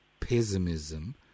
Pessimism